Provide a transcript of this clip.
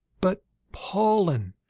but pollen.